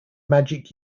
magic